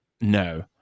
No